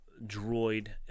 droid